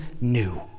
new